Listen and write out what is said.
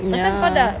ya